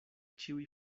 ĉiuj